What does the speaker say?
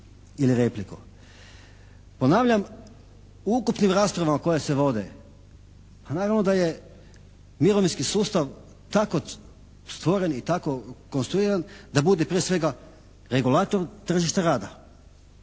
Ili repliku. Ponavljam, u ukupnim raspravama koje se vode, naravno da je mirovinski sustav tako stvoren i tako konstruiran da bude prije svega regulator tržišta rada.